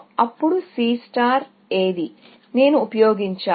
ఇప్పుడు నేను ఏది ఉపయోగించాలి